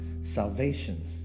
salvation